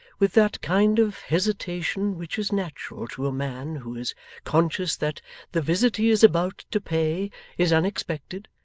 with that kind of hesitation which is natural to a man who is conscious that the visit he is about to pay is unexpected,